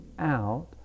out